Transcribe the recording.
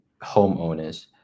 homeowners